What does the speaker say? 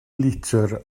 litr